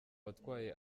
watwaye